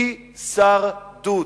הישרדות,